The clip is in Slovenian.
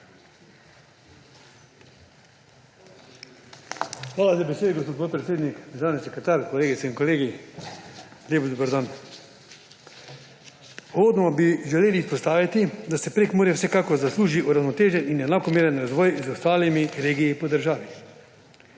Hvala za besedo, gospod podpredsednik. Državni sekretar, kolegice in kolegi, lep dober dan! Uvodno bi želeli izpostaviti, da si Prekmurje vsekakor zasluži uravnotežen in enakomeren razvoj z ostalimi regijami po državi.